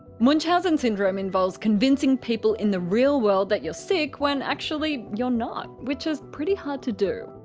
munchausen syndrome involves convincing people in the real world that you're sick when actually, you're not. which is pretty hard to do.